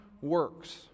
works